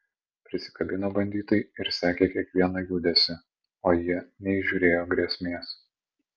prisikabino banditai ir sekė kiekvieną judesį o jie neįžiūrėjo grėsmės